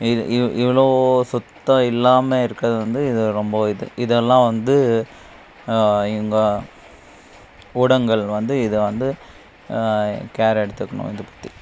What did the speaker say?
இது இ இவ்வளோ சுத்தம் இல்லாமல் இருக்கிறது வந்து இது ரொம்ப இது இதெல்லாம் வந்து இங்க ஊடகங்கள் வந்து இதை வந்து கேர் எடுத்துக்கணும் இதை பற்றி